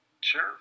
Sure